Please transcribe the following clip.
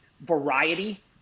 variety